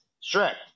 strict